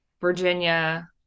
virginia